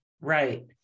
Right